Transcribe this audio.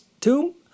tomb